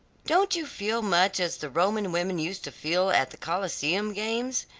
don't you feel much as the roman women used to feel at the coliseum games?